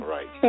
Right